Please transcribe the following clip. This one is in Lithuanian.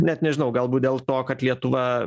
net nežinau galbūt dėl to kad lietuva